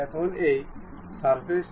এখন আবার দুটোই ফ্রি